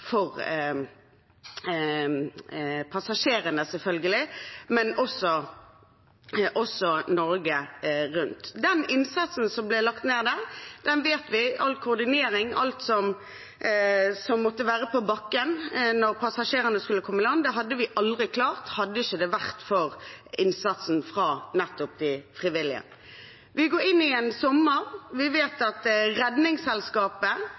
for passasjerene, selvfølgelig, men også Norge rundt. Den innsatsen som ble lagt ned, all koordinering, alt som måtte være på plass når passasjerene kom i land, hadde vi aldri klart hadde det ikke vært for innsatsen fra nettopp de frivillige. Vi går inn i en sommer. Vi vet at Redningsselskapet